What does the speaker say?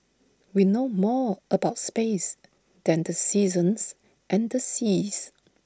we know more about space than the seasons and the seas